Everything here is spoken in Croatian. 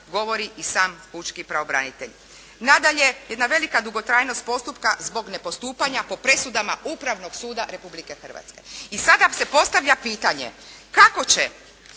govori i sam pučki pravobranitelj. Nadalje, jedna velika dugotrajnost postupka zbog nepostupanja po presudama Upravnog suda Republike Hrvatske. I sada se postavlja pitanje kako će